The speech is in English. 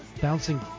Bouncing